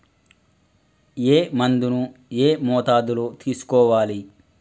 ఏ మందును ఏ మోతాదులో తీసుకోవాలి?